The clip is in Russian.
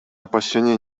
опасения